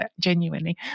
genuinely